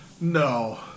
No